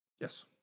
Yes